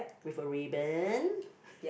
with a ribbon